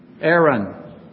Aaron